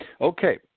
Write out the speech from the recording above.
Okay